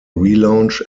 relaunch